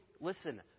Listen